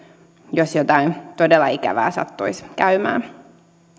jos jotain todella ikävää sattuisi käymään